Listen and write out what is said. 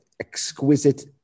exquisite